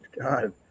God